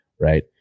right